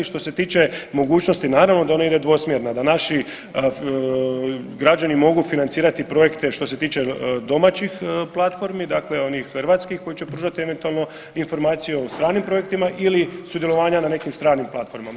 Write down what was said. Što se tiče mogućnosti, naravno da ona ide dvosmjerno, da naši građani mogu financirati projekte što se tiče domaćih platformi, dakle onih hrvatskih koji će pružati eventualno informacije o stranim projektima ili sudjelovanja na nekim stranim platformama.